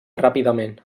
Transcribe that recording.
ràpidament